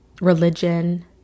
religion